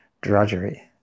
drudgery